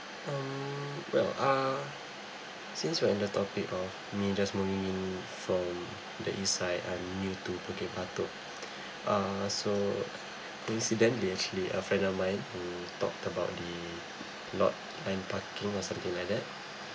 um well uh since we're in the topic of me just moving in from the east side I'm new to bukit batok uh so coincident there actually a friend of mine who talked about the lot and parking or something like that